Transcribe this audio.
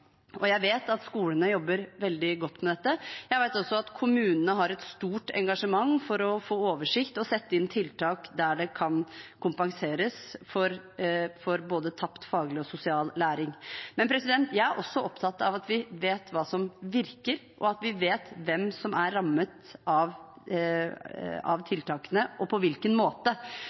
skolene jobber veldig godt med dette. Jeg vet også at kommunene har et stort engasjement for å få oversikt og sette inn tiltak der det kan kompenseres for både tapt faglig og sosial læring. Jeg er også opptatt av at vi vet hva som virker, og at vi vet hvem som er rammet av tiltakene, og på hvilken måte.